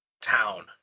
town